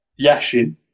Yashin